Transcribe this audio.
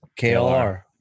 klr